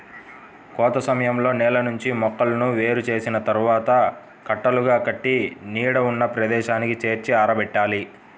కోత సమయంలో నేల నుంచి మొక్కలను వేరు చేసిన తర్వాత కట్టలుగా కట్టి నీడ ఉన్న ప్రదేశానికి చేర్చి ఆరబెట్టాలి